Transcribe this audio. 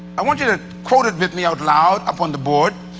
i want you to quote it with me out loud, up on the board,